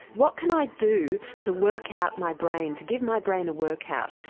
what can i do to work out my brain, to give my brain a workout?